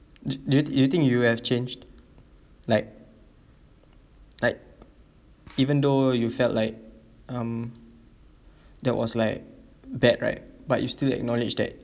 do do you think you have changed like like even though you felt like um that was like bad right but you still acknowledge that